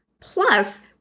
Plus